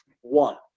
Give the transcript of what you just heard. One